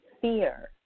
fear